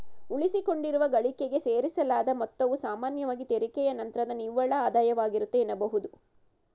ಉಳಿಸಿಕೊಂಡಿರುವ ಗಳಿಕೆಗೆ ಸೇರಿಸಲಾದ ಮೊತ್ತವು ಸಾಮಾನ್ಯವಾಗಿ ತೆರಿಗೆಯ ನಂತ್ರದ ನಿವ್ವಳ ಆದಾಯವಾಗಿರುತ್ತೆ ಎನ್ನಬಹುದು